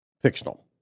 fictional